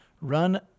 run